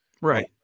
Right